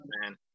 man